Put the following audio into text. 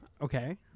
Okay